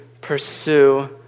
pursue